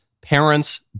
parents